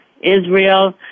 Israel